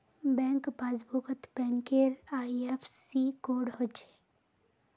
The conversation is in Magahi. बैंक पासबुकत बैंकेर आई.एफ.एस.सी कोड हछे